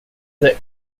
that